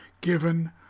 given